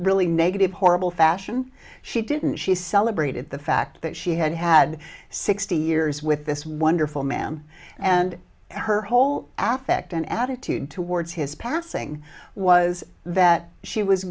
really negative horrible fashion she didn't she celebrated the fact that she had had sixty years with this wonderful ma'am and her whole affectation attitude towards his passing was that she was